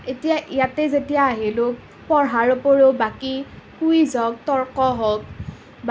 এতিয়া ইয়াতে যেতিয়া আহিলোঁ পঢ়াৰ উপৰিও বাকী কুইজ হওক তৰ্ক হওক